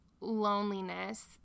loneliness